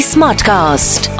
Smartcast